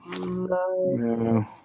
No